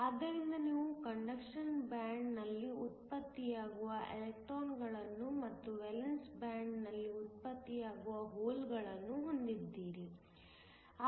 ಆದ್ದರಿಂದ ನೀವು conduction band ನಲ್ಲಿ ಉತ್ಪತ್ತಿಯಾಗುವ ಎಲೆಕ್ಟ್ರಾನ್ಗಳನ್ನು ಮತ್ತು ವೇಲೆನ್ಸ್ ಬ್ಯಾಂಡ್ ನಲ್ಲಿ ಉತ್ಪತ್ತಿಯಾಗುವ ಹೋಲ್ಗಳನ್ನು ಹೊಂದಿದ್ದೀರಿ